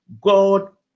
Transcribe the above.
God